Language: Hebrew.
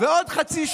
מסית ומדיח.